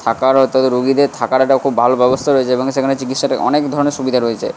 থাকার হয়তো রোগীদের থাকার একটা খুব ভালো ব্যবস্থা রয়েছে এবং সেখানে চিকিৎসাটা অনেক ধরনের সুবিধা রয়েছে